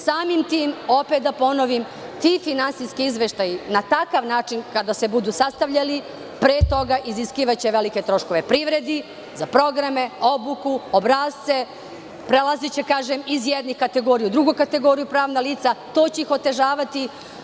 Samim tim, da ponovim, ti finansijski izveštaji na takav način kada se budu sastavljali, pre toga, iziskivaće velike troškove privredi, za programe, obuku, obrasce, prelaziće iz jedne kategorije u drugu kategoriju pravna lica i to će ih otežavati.